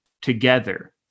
together